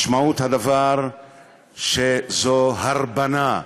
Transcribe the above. משמעות הדבר שזו הרבנה,